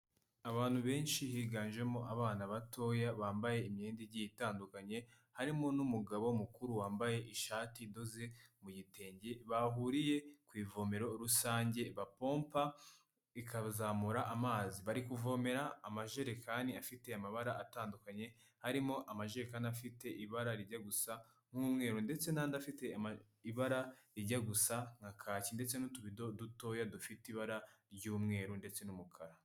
Abantu benshi higanjemo abana batoya bambaye imyenda igiye itandukanye harimo n'umugabo mukuru wambaye ishati idoze mu gitenge bahuriye ku ivomero rusange bapompa ikazamura amazi, bari kuvomera amajerekani afite amabara atandukanye, harimo amajekani afite ibarajya gusa n'umweru ndetse n'andi afite ibara rijya gusa nka kaki ndetse n'utubido dutoya dufite ibara ry'umweru ndetse n'umukara.